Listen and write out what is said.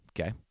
Okay